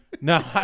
No